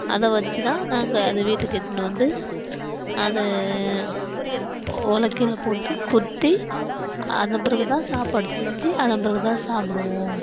அதை வச்சு தான் நாங்கள் அதை வீட்டுக்கு எடுத்துன்னு வந்து அது ஒலக்கையில போட்டு குத்தி அதன் பிறகு தான் சாப்பாடு செஞ்சு அதன் பிறகு தான் சாப்பிடுவோம்